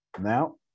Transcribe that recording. Now